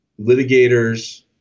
litigators